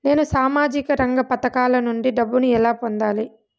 నేను సామాజిక రంగ పథకాల నుండి డబ్బుని ఎలా పొందాలి?